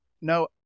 no